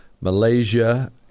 Malaysia